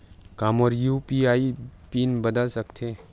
का मोर UPI PIN बदल सकथे?